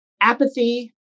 apathy